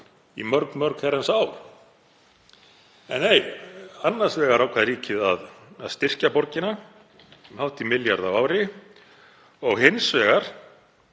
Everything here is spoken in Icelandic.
í mörg herrans ár. En nei, annars vegar ákvað ríkið að styrkja borgina um hátt í milljarð á ári og hins vegar